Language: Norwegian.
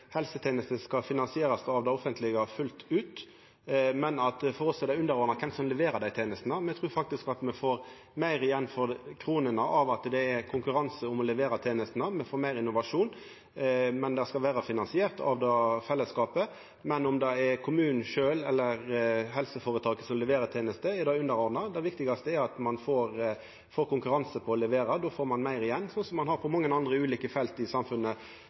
helsetenester skal finansierast av det offentlege fullt ut, men at for oss er kven som leverer dei tenestene, underordna. Me trur faktisk at me får meir igjen for kronene av at det er konkurranse om å levera tenestene. Me får meir innovasjon. Det skal vera finansiert av fellesskapet, men om det er kommunen sjølv eller helseføretaket som leverer ei teneste, er underordna. Det viktigaste er at ein får konkurranse på å levera. Då får ein meir igjen, slik ein har det på veldig mange andre ulike felt i samfunnet,